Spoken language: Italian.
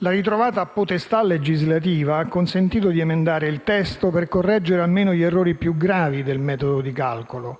La ritrovata potestà legislativa ha consentito di emendare il testo per correggere almeno gli errori più gravi del metodo di calcolo.